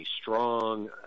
strong